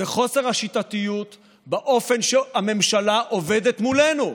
וחוסר השיטתיות באופן שהממשלה עובדת מולנו,